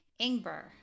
Ingber